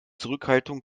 zurückhaltung